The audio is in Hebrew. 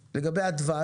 יש חלב עכשיו לקנות?